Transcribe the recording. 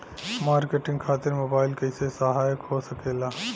Marketing खातिर mobile कइसे सहायक हो सकेला?